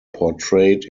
portrayed